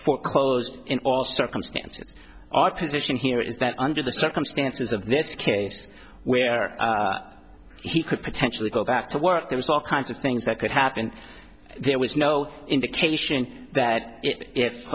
foreclosed in all circumstances our position here is that under the circumstances of this case where he could potentially go back to work there was all kinds of things that could happen and there was no indication that if